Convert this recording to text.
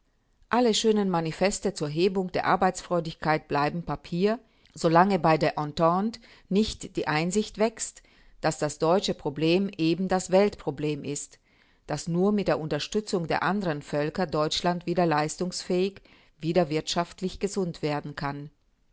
alle schönen manifeste zur hebung der arbeitsfreudigkeit bleiben papier solange bei der entente nicht die einsicht wächst daß das deutsche problem eben das weltproblem ist daß nur mit unterstützung der andern völker deutschland wieder leistungsfähig wieder wirtschaftlich gesund werden kann